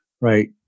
right